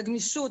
הגמישות,